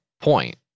point